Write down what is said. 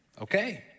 okay